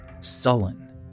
sullen